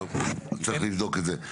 צריך לבדוק את זה.